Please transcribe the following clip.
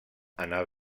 anar